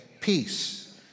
peace